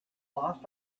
lost